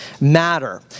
matter